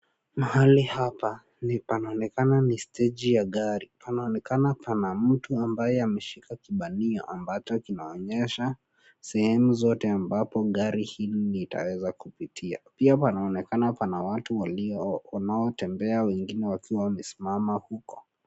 Mahali hapa ni panaonekana ni steji ya gari. Panaonekana pana mtu ambaye ameshika kibandiko, ambacho kinaonyesha sehemu zote ambapo gari hili litaweza kupitia. Pia, panaonekana pana watu wanaotembea, wengine wakiwa wamesimama huko.